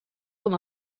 com